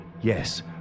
Yes